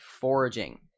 foraging